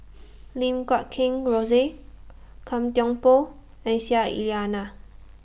Lim Guat Kheng Rosie Gan Thiam Poh and Aisyah Lyana